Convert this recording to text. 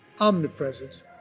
omnipresent